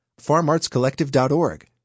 FarmArtsCollective.org